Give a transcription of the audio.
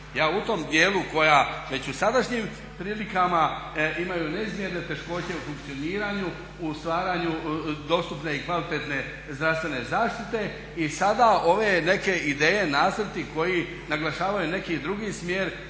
Ja u tom dijelu koja već u sadašnjim prilikama imaju neizmjerne teškoće u funkcioniranju, u stvaranju dostupne i kvalitetne zdravstvene zaštite i sada ove neke ideje, nacrti koji naglašavaju neki drugi smjer